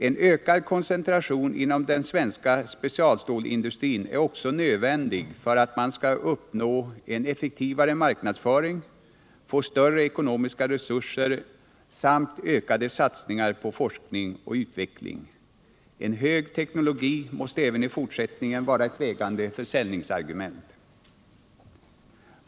En ökad koncentration inom den svenska specialstålindustrin är också nödvändig för att man skall uppnå en effektivare marknadsföring, större ekonomiska resurser samt ökade satsningar på forskning och utveckling. En hög teknologi måste även i fortsättningen vara ett vägande försäljningsargument.